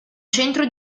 centro